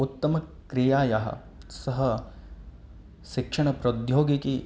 उत्तमक्रियायाः सः शिक्षणप्रौद्योगिकी